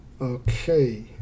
Okay